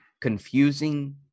confusing